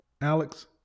Alex